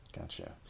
Gotcha